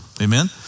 Amen